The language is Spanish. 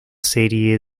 serie